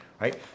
Right